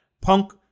Punk